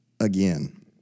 again